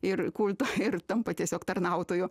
ir kultą ir tampa tiesiog tarnautoju